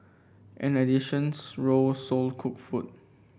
an additions row sold cooked food